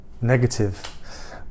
negative